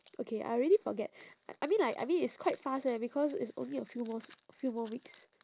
okay I already forget I I mean like I mean it's quite fast eh because it's only a few more s~ few more weeks